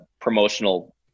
promotional